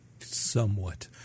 Somewhat